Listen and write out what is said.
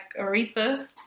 Aretha